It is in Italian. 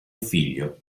figlio